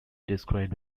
described